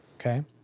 Okay